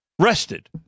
rested